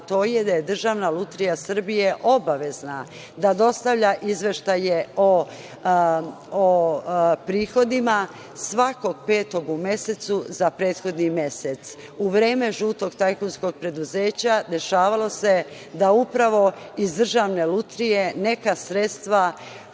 to je da je Državna lutrija Srbije obavezna da dostavlja izveštaje o prihodima, svakog petog u mesecu za prethodni mesec. U vreme žutog tajkunskog preduzeća dešavalo se da upravo iz državne lutrije neka sredstava,